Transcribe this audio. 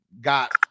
got